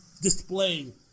display